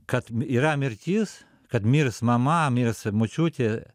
kad yra mirtis kad mirs mama mirus močiutė